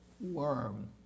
worm